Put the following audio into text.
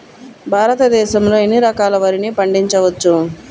భారతదేశంలో ఎన్ని రకాల వరిని పండించవచ్చు